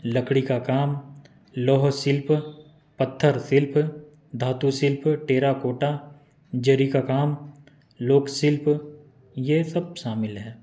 लकड़ी का काम लौह शिल्प पत्थर शिल्प धातु शिल्प टेराकोटा जरी का काम लोक शिल्प ये सब शामिल हैं